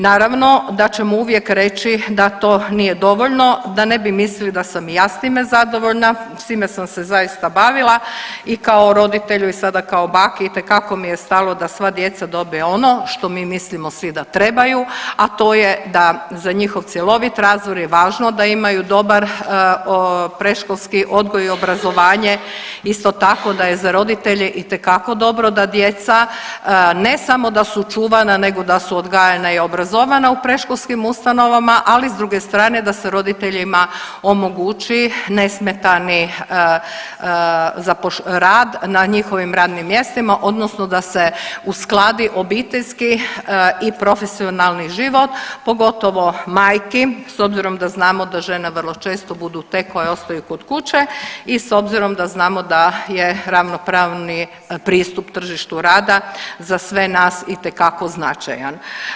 Naravno da ćemo uvijek reći da to nije dovoljno da ne bi mislili da sam i ja s time zadovoljna, s time sam se zaista bavila i kao roditelju i sada kao baki itekako mi je stalo da sva djeca dobe ono što mi mislimo svi da trebaju, a to je da za njihov cjelovit razvoj je važno da imaju dobar predškolski odgoj i obrazovanje, isto tako da je za roditelje itekako dobro da djeca ne samo da su čuvana nego da su odgajana i obrazovana u predškolskim ustanovama, ali s druge strane da se roditeljima omogući nesmetani rad na njihovim radnim mjestima odnosno da se uskladi obiteljski i profesionalni život, pogotovo majki s obzirom da znamo da žene vrlo često budu te koje ostaju kod kuće i s obzirom da znamo da je ravnopravniji pristup tržištu rada za sve nas itekako značajan.